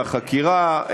מהחקירה,